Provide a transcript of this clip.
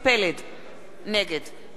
נגד יוחנן פלסנר,